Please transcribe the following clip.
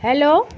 hello